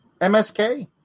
MSK